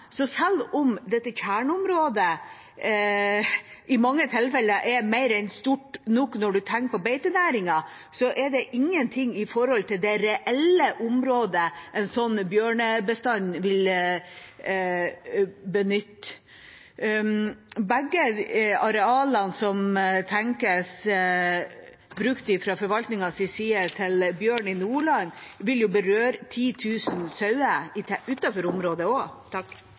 Selv om dette kjerneområdet i mange tilfeller er mer enn stort nok når man tenker på beitenæringen, er det ingenting i forhold til det reelle området en slik bjørnebestand vil benytte. Begge arealene som tenkes brukt fra forvaltningens side til bjørn i Nordland, vil også berøre 10 000 sauer utenfor området. Norge er et land med rike utmarksressurser som vi i